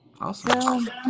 Awesome